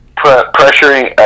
pressuring